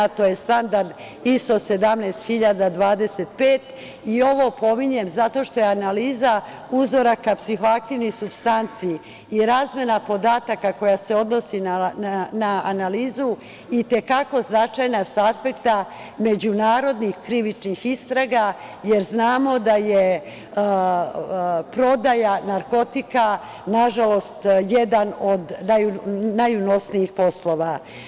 To je standard ISO 17025 i ovo pominjem zato što je analiza uzoraka psihoaktivnih supstanci i razmena podataka koja se odnosi na analizu i te kako značajna sa aspekta međunarodnih krivičnih istraga, jer znamo da je prodaja narkotika, na žalost, jedan od najunosnijih poslova.